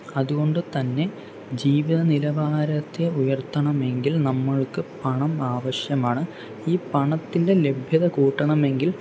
അതുകൊണ്ട് തന്നെ ജീവിത നിലവാരത്തെ ഉയർത്തണമെങ്കിൽ നമ്മൾക്ക് പണം ആവശ്യമാണ് ഈ പണത്തിൻ്റെ ലഭ്യത കൂട്ടണമെങ്കിൽ